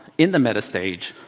in the meta stage,